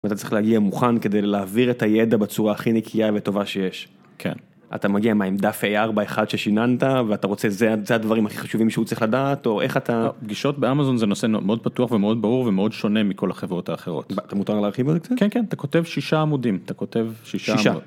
אתה צריך להגיע מוכן כדי להעביר את הידע בצורה הכי נקייה וטובה שיש כן אתה מגיע מהדף A4 ששיננת ואתה רוצה זה הדברים הכי חשובים שהוא צריך לדעת או איך אתה... פגישות באמזון זה נושא מאוד פתוח ומאוד ברור ומאוד שונה מכל החברות האחרות מותר להרחיב על זה רצת? כן כן אתה כותב שישה עמודים אתה כותב שישה.